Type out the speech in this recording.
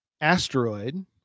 asteroid